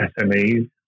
SMEs